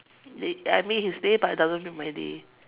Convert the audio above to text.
day I made his day but it doesn't make my day